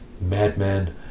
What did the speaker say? Madman